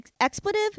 expletive